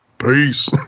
Peace